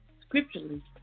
scripturally